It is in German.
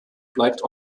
bleibt